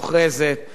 ולא יעזור,